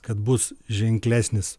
kad bus ženklesnis